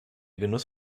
genuss